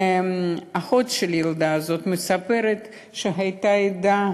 אחות של הילדה הזאת מספרת שהייתה עדה,